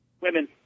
Women